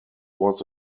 was